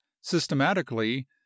systematically